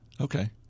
Okay